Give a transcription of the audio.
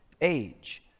age